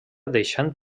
deixant